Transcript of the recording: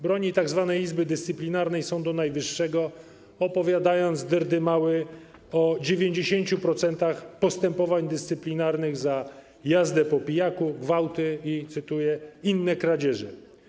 Broni tzw. Izby Dyscyplinarnej Sądu Najwyższego, opowiadając dyrdymały o 90% postępowań dyscyplinarnych za jazdę po pijaku, gwałty i cytuję: inne kradzieże.